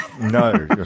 No